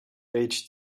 aged